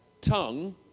tongue